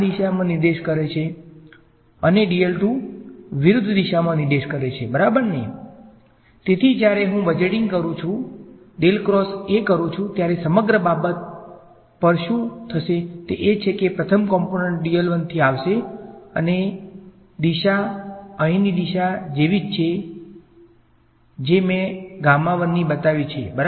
તેથી આ દિશામાં નિર્દેશ કરે છે અને વિરુદ્ધ દિશામાં નિર્દેશ કરે છે બરાબરનેSo તેથી જ્યારે હું અહીં બજેટીંગ કરું છું કરું છું ત્યારે સમગ્ર બાબત પર શું થશે તે એ છે કે પ્રથમ કોમ્પોનંટ થી આવશે અને દિશા અહીંની દિશા જેવી જ છે જે મેં ની બતાવી છે